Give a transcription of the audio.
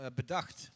bedacht